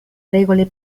regole